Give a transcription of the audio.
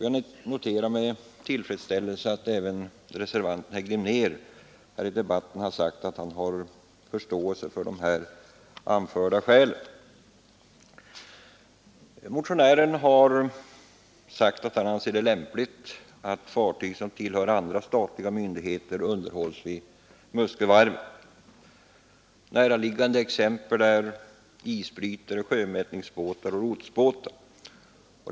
Jag noterar med tillfredsställelse att även reservanten herr Glimnér, i debatten har sagt att han hyser förståelse för de anförda skälen. Motionären anser det lämpligt att fartyg som tillhör andra statliga myndigheter än de marina myndigheterna underhålls vid Muskövarvet. Näraliggande exempel är isbrytare, sjömätningsbåtar och lotsbåtar.